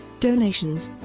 donations